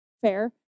fair